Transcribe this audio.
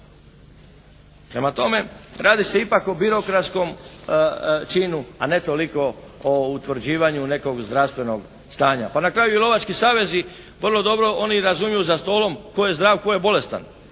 Prema tome, radi se ipak o birokratskom činu, a ne toliko o utvrđivanju nekog zdravstvenog stanja. Pa na kraju i lovački savezi vrlo dobro oni razumiju za stolom tko je zdrav, tko je bolestan.